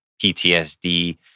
PTSD